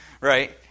Right